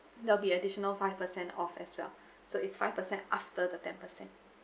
there'll be additional five percent off as well so it's five percent after the ten percent